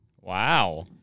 Wow